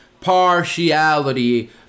partiality